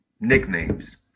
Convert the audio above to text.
nicknames